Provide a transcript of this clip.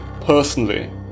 personally